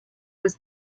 was